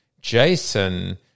Jason